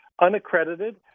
unaccredited